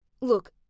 Look